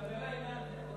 אבל אתה מדבר לעניין,